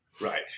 Right